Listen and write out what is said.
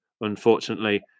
Unfortunately